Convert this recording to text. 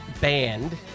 band